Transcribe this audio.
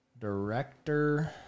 director